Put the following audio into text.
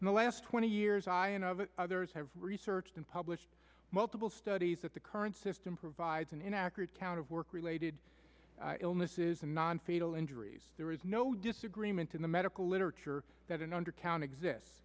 in the last twenty years others have researched and published multiple studies that the current system provides an inaccurate count of work related illnesses and non fatal injuries there is no disagreement in the medical literature that an undercount exists